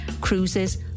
cruises